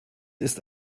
ist